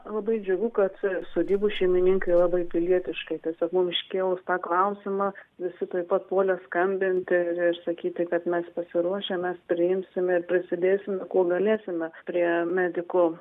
labai džiugu kad sodybų šeimininkai labai pilietiškai tiesiog mum iškėlus tą klausimą visi tuoj pat puolė skambinti ir sakyti kad mes pasiruošę mes priimsime ir prisidėsime kuo galėsime prie medikų